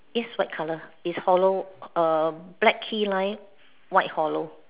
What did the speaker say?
yes white colour is hollow err black key line white hollow